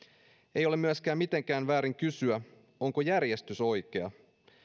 ei ole myöskään mitenkään väärin kysyä onko järjestys oikea